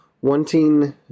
wanting